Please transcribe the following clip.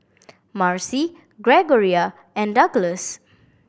Marcy Gregoria and Douglass